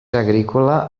agrícola